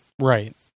Right